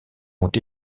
ont